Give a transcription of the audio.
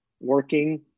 working